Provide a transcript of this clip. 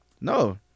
No